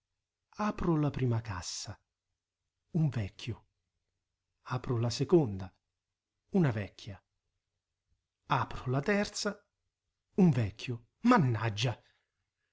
apro la prima cassa un vecchio apro la seconda una vecchia apro la terza un vecchio mannaggia